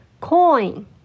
coin